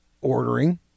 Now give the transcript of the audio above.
ordering